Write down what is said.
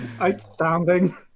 Outstanding